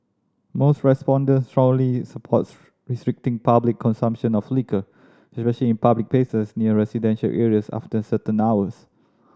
most respondents strongly supports restricting public consumption of liquor especially in public places near residential areas after certain hours